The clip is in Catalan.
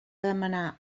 demanar